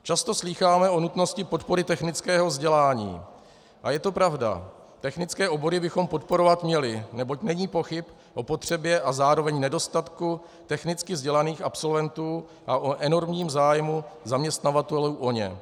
Často slýcháme o nutnosti podpory technického vzdělání a je to pravda, technické obory bychom podporovat měli, neboť není pochyb o potřebě a zároveň nedostatku technicky vzdělaných absolventů a o enormním zájmu zaměstnavatelů o ně.